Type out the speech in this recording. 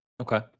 okay